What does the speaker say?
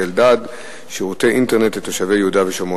אלדד: שירותי אינטרנט לתושבי יהודה ושומרון.